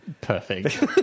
perfect